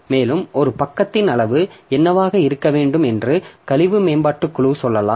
மேலும் ஒரு பக்கத்தின் அளவு என்னவாக இருக்க வேண்டும் என்று கழிவு மேம்பாட்டுக் குழு சொல்லலாம்